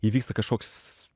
įvyksta kažkoks